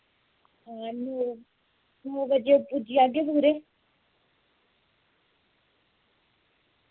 नौ बजे पुज्जी जागे पूरे